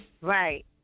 Right